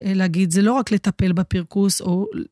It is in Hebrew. להגיד, זה לא רק לטפל בפרקוס או...